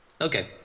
Okay